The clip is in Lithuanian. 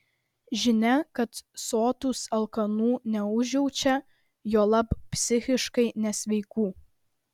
žinia kad sotūs alkanų neužjaučia juolab psichiškai nesveikų